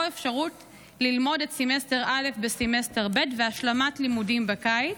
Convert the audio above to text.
אפשרות ללמוד את סמסטר א' בסמסטר ב' והשלמת לימודים בקיץ.